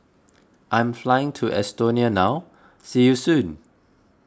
I'm flying to Estonia now see you soon